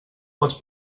pots